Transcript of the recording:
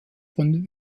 von